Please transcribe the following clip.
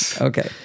Okay